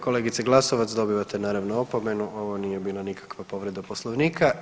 Kolegice Glasovac dobivate naravno opomenu, ovo nije bila nikakva povreda Poslovnika.